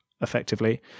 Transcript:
effectively